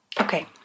okay